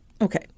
okay